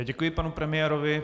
Děkuji panu premiérovi.